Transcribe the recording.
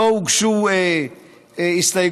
לא הוגשו הסתייגויות.